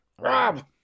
Rob